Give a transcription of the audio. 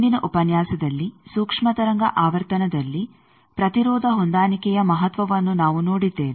ಹಿಂದಿನ ಉಪನ್ಯಾಸದಲ್ಲಿ ಸೂಕ್ಷ್ಮ ತರಂಗ ಆವರ್ತನದಲ್ಲಿ ಪ್ರತಿರೋಧ ಹೊಂದಾಣಿಕೆಯ ಮಹತ್ವವನ್ನು ನಾವು ನೋಡಿದ್ದೇವೆ